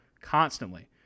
constantly